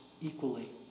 equally